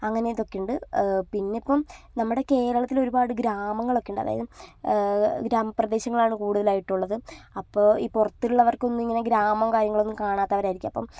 അങ്ങനെ ഇതൊക്കെയുണ്ട് പിന്നെ ഇപ്പം നമ്മുടെ കേരളത്തിൽ ഒരുപാട് ഗ്രാമങ്ങളൊക്കെയുണ്ട് അതായത് ഗ്രാമപ്രദേശങ്ങളാണ് കൂടുതലായിട്ടുള്ളത് അപ്പോൾ ഈ പുറത്തുള്ളവർക്കൊന്നും ഇങ്ങനെ ഗ്രാമം കാര്യങ്ങളൊന്നും കാണാത്തവരായിരിക്കും അപ്പം